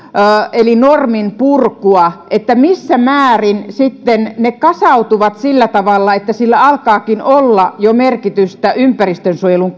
eli norminpurkua ja missä määrin sitten ne kasautuvat sillä tavalla että sillä alkaakin olla jo merkitystä ympäristönsuojelun